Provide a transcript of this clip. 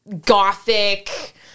gothic